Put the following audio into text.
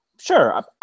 Sure